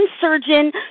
surgeon